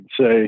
say